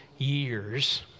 years